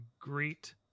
great